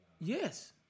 Yes